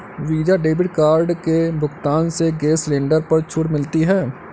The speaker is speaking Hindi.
वीजा डेबिट कार्ड के भुगतान से गैस सिलेंडर पर छूट मिलती है